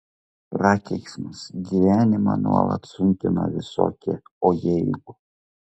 prakeikimas gyvenimą nuolat sunkina visokie o jeigu